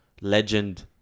legend